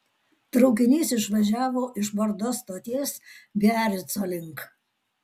traukinys išvažiavo iš bordo stoties biarico link